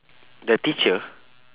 the teacher